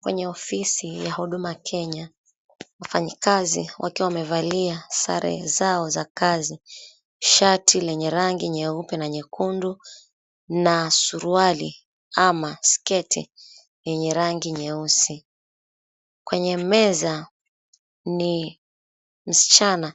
Kwenye ofisi ya huduma Kenya wafanyakazi wakiwa wamevalia sare zao za kazi, shati lenye rangi nyeupe na nyekundu na suruali ama sketi yenye rangi nyeusi. Kwenye meza ni msichana